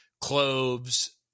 cloves